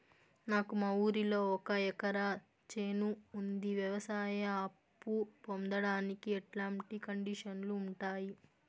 నాకు మా ఊరిలో ఒక ఎకరా చేను ఉంది, వ్యవసాయ అప్ఫు పొందడానికి ఎట్లాంటి కండిషన్లు ఉంటాయి?